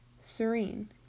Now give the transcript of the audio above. Serene